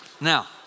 Now